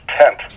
tent